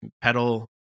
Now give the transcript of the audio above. pedal